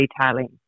detailing